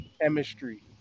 chemistry